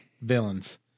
villains